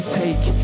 take